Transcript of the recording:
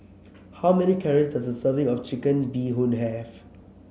how many calories does a serving of Chicken Bee Hoon have